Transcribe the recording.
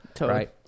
right